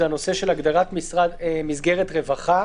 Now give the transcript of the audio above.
הנושא של הגדרת מסגרת רווחה,